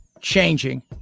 changing